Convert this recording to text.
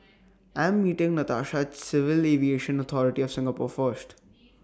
I Am meeting Natasha At Civil Aviation Authority of Singapore First